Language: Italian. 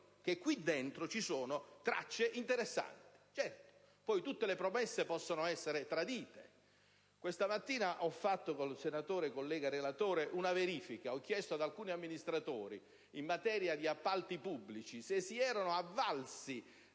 provvedimento vi siano tracce interessanti. Certo, tutte le promesse possono essere tradite. Questa mattina ho fatto una verifica con il collega relatore e ho chiesto ad alcuni amministratori in materia di appalti pubblici se si erano avvalsi